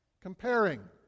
comparing